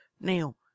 Now